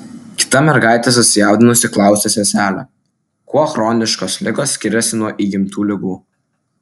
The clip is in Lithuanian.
kita mergaitė susijaudinusi klausia seselę kuo chroniškos ligos skiriasi nuo įgimtų ligų